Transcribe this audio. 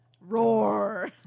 Roar